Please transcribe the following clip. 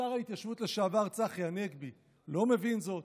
שר ההתיישבות לשעבר צחי הנגבי לא מבין זאת?